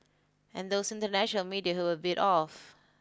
and those international media who were a bit off